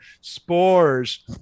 spores